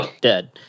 Dead